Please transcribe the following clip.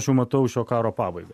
aš jau matau šio karo pabaigą